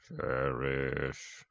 Cherish